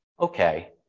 okay